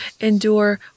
endure